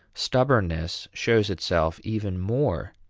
stubbornness shows itself even more